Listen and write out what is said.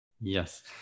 Yes